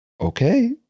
Okay